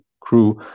crew